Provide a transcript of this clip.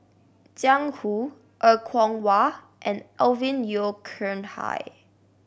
Jiang Hu Er Kwong Wah and Alvin Yeo Khirn Hai